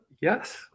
yes